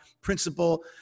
principle